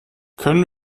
können